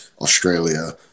Australia